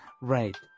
Right